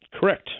Correct